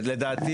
תקנים